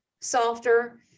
softer